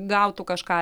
gautų kažką